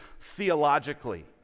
theologically